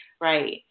right